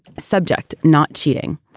subject. not cheating.